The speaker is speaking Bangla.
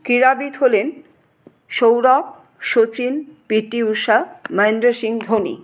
ক্রীড়াবিদ হলেন সৌরভ শচীন পিটি ঊষা মাহেন্দ্র সিং ধোনি